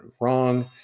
wrong